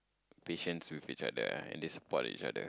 patience with each other ah and they support each other